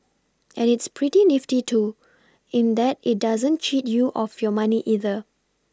and it's pretty nifty too in that it doesn't cheat you of your money either